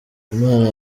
imana